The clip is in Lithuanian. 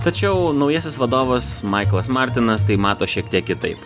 tačiau naujasis vadovas maiklas martinas tai mato šiek tiek kitaip